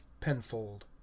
penfold